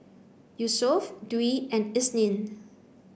Yusuf Dwi and Isnin